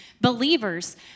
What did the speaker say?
believers